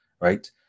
right